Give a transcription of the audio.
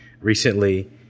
recently